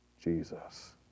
Jesus